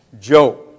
Joe